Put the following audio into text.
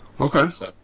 Okay